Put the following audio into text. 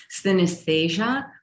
Synesthesia